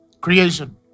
creation